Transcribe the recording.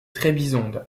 trébizonde